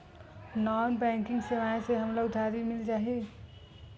Non banking सेवाएं से हमला उधारी मिल जाहि?